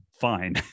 fine